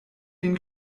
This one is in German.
den